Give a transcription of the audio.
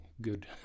good